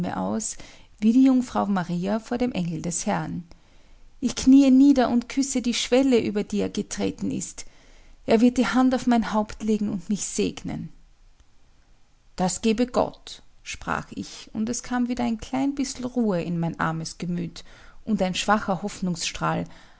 aus wie die jungfrau maria vor dem engel des herrn ich knie nieder und küsse die schwelle über die er getreten ist er wird die hand auf mein haupt legen und mich segnen das gebe gott sprach ich und es kam wieder ein klein bissel ruhe in mein armes gemüt und ein schwacher